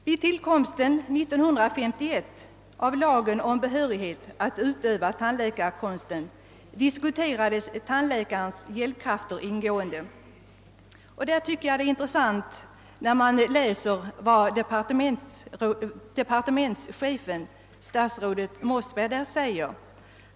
Vid tillkomsten år 1951 av lagen om behörighet att utöva tandläkarkonsten diskuterades tandläkarens hjälpkrafter ingående, och jag tycker att det är intressant att läsa vad departementschefen, «statsrådet Mossberg, där anför.